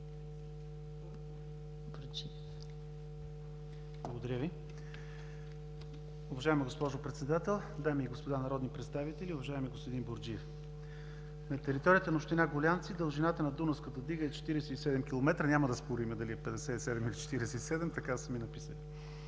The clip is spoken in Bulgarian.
Благодаря Ви. Уважаема госпожо Председател, дами и господа народни представители, уважаеми господин Бурджев! На територията на община Гулянци дължината на дунавската дига е 47 км, няма да спорим дали е 57 или 47, така са ми написали,